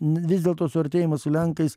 vis dėlto suartėjimas su lenkais